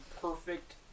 perfect